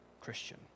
Christian